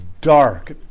dark